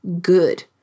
good